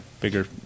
bigger